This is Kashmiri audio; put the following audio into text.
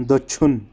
دٔچھُن